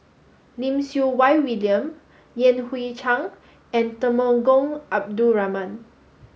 Lim Siew Wai William Yan Hui Chang and Temenggong Abdul Rahman